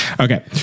Okay